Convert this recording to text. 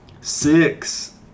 Six